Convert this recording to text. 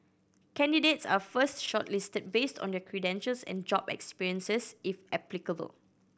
candidates are first shortlisted based on their credentials and job experiences if applicable